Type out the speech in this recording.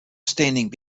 standing